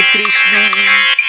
Krishna